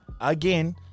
again